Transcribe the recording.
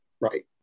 Right